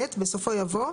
(ב) בסופו יבוא: